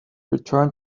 return